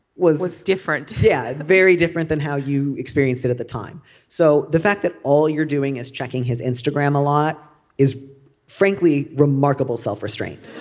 was was different yeah very different than how you experienced it at the time so the fact that all you're doing is checking his instagram a lot is frankly remarkable self-restraint